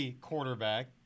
quarterback